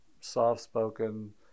soft-spoken